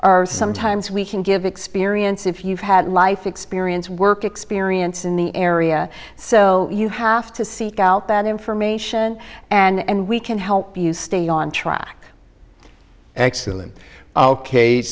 are sometimes we can give experience if you've had life experience work experience in the area so you have to seek out that information and we can help you stay on track excellent ok